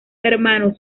hermanos